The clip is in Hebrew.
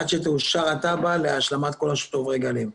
עד שתאושר התב"ע להשלמת כל שוברי הגלים.